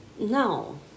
No